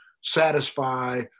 satisfy